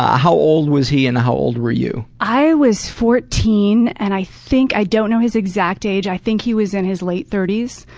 ah how old was he and how old were you? i was fourteen, and i think i don't know his exact age i think he was in his late thirty s,